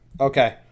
Okay